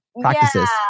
practices